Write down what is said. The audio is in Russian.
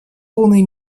полной